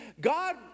God